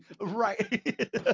Right